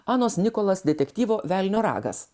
anos nikolas detektyvo velnio ragas